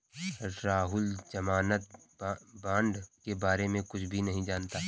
राहुल ज़मानत बॉण्ड के बारे में कुछ भी नहीं जानता है